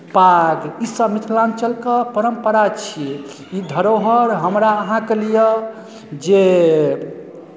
पाग ईसभ मिथिलाञ्चलके परम्परा छियै ई धरोहर हमरा अहाँके लिअ जे